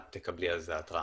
את תקבלי על זה התראה.